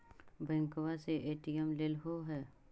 बैंकवा से ए.टी.एम लेलहो है?